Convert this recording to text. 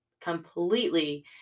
completely